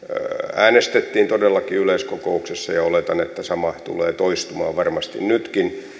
äänestettiin todellakin yleiskokouksessa ja oletan että sama tulee toistumaan varmasti nytkin